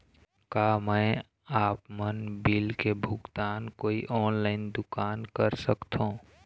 का मैं आपमन बिल के भुगतान कोई ऑनलाइन दुकान कर सकथों?